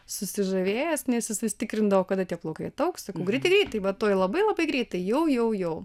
susižavėjęs nes jis vis tikrindavo kada tie plaukai ataugs sakau greitai greitai va tuoj labai labai greitai jau jau jau